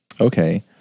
Okay